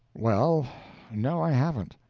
well no, i haven't.